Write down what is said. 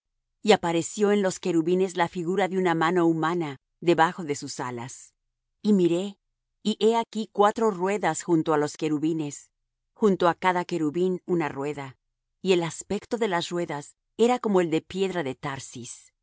y apareció en los querubines la figura de una mano humana debajo de sus alas y miré y he aquí cuatro ruedas junto á los querubines junto á cada querubín una rueda y el aspecto de las ruedas era como el de piedra de tarsis